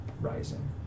Rising